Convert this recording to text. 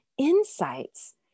Insights